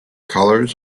colors